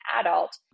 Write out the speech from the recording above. adult